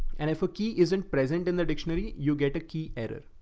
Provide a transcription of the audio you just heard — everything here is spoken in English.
and if a key isn't present in the dictionary, you get a key error.